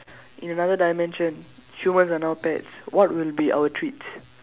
in another dimension humans are now pets what will be our treats